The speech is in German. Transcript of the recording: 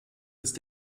ist